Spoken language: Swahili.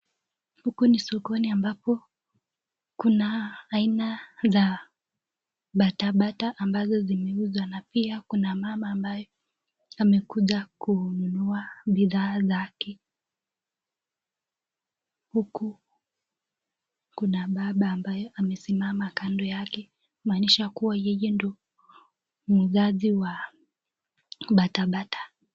Huku ni sokoni ambapo kuna aina za batabata ambazo zinauzwa pia kuna mama ambaye amekuja kununua bidhaa zake huku kuna baba ambaye amesimama kando yake kumaanisha kuwa yeye ndiye muuzaji wa batabata